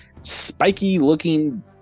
spiky-looking